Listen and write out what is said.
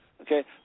okay